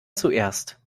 zuerst